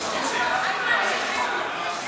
הצעת חוק לתיקון פקודת מס הכנסה (נקודת